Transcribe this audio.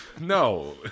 No